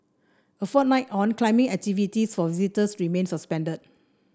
a fortnight on climbing activities for visitors remain suspended